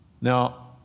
Now